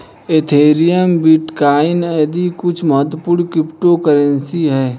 Ethereum, bitcoin आदि कुछ प्रमुख क्रिप्टो करेंसी है